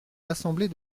l’assemblée